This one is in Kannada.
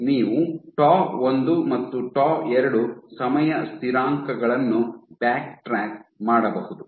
ನೀವು ಟೌ ಒಂದು ಮತ್ತು ಟೌ ಎರಡು ಸಮಯ ಸ್ಥಿರಾಂಕಗಳನ್ನು ಬ್ಯಾಕ್ಟ್ರಾಕ್ ಮಾಡಬಹುದು